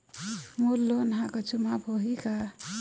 मोर loan हा कुछू माफ होही की?